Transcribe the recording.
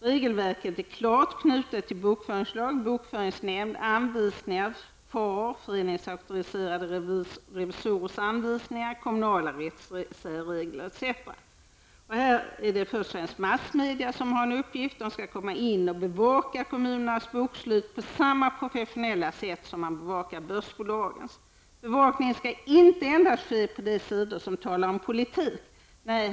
Regelverket är klart knutet till bokföringslag, bokföringsnämnd, föreningsauktoriserade revisorers anvisningar, kommunala rättssärregel etc. Här har först massmedia en uppgift. Man skall bevaka kommunernas bokslut på samma professionella sätt som man bevakar börsbolagens. Bevakningen skall inte endast ske på de sidor där man talar om politik.